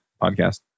podcast